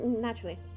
Naturally